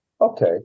Okay